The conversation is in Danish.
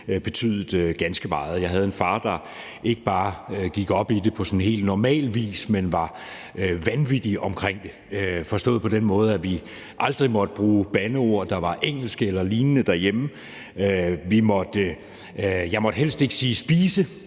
betydet ganske meget. Jeg havde en far, der ikke bare gik op i det på sådan helt normal vis, men var vanvittig omkring det, forstået på den måde, at vi aldrig måtte bruge bandeord, der var engelske eller lignende derhjemme. Jeg måtte helst ikke sige spise,